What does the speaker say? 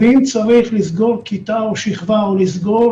ואם צריך לסגור כיתה או שכבה או לסגור